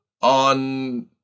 on